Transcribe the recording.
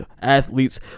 athletes